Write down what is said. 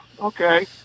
okay